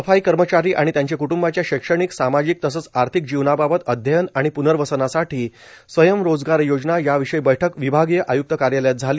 सफाई कर्मचारी आणि त्यांचे कृट्बाच्या शैक्षणिक सामाजिक तसंच आर्थिक जीवनाबाबत अध्ययन आणि प्नर्वसनासाठी स्वयंरोजगार योजना याविषयी बैठक विभागीय आय्क्त कार्यालयात झाली